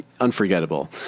unforgettable